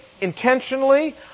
intentionally